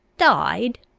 died?